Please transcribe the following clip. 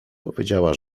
powiedziała